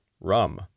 rum